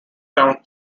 town